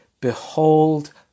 Behold